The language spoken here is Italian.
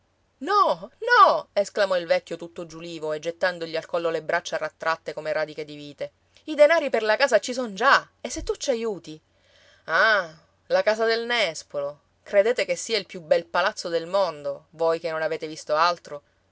no no esclamò il vecchio tutto giulivo e gettandogli al collo le braccia rattratte come radiche di vite i denari per la casa ci son già e se tu ci aiuti ah la casa del nespolo credete che sia il più bel palazzo del mondo voi che non avete visto altro